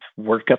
workup